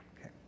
Okay